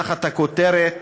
תחת הכותרת: